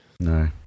No